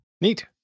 Neat